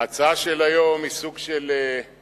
ההצעה של היום היא סוג של מבחן,